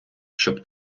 щоб